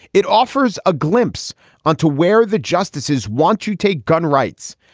it offers a glimpse onto where the justices want to take gun rights.